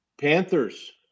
Panthers